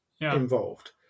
involved